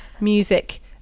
music